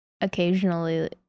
occasionally